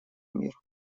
мир